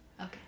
Okay